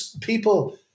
people